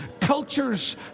cultures